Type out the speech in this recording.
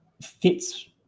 fits